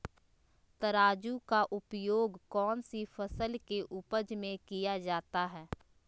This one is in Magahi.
तराजू का उपयोग कौन सी फसल के उपज में किया जाता है?